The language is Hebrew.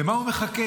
למה הוא מחכה?